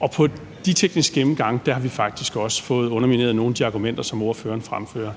og under de tekniske gennemgange har vi faktisk også fået undermineret nogle af de argumenter, som ordføreren fremfører.